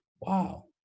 Wow